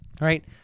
Right